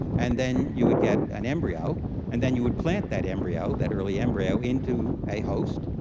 and then you would get an embryo and then you would plant that embryo, that early embryo into a host,